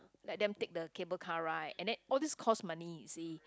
let them take the cable car ride and then all these costs money you see